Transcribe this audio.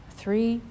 three